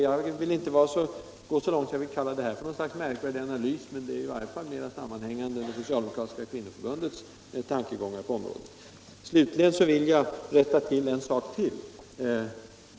— Jag vill inte gå så långt att jag kallar det här för någon märkvärdig analys, men det är i varje fall mera sammanhängande än Socialdemokratiska kvinnoförbundets tankegångar på området. Slutligen vill jag rätta till ytterligare en sak.